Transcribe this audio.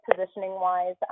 positioning-wise